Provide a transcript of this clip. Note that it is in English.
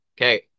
Okay